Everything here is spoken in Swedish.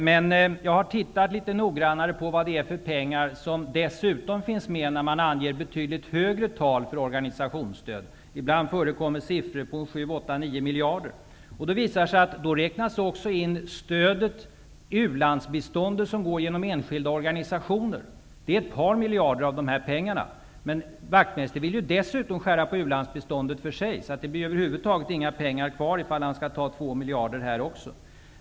Men jag har tittat litet noggrannare på vilka pengar som dessutom finns med när man anger betydligt högre tal för organisationsstöd. Ibland förekommer siffror på upp till 9 miljarder kronor. Då räknas också in det u-landsbistånd som går genom enskilda organisationer. Det är ett par miljarder av dessa pengar. Men Wachtmeister vill ju dessutom skära på u-landsbiståndet för sig. Det blir över huvud taget inga pengar kvar, om han skall ta två miljarder här också.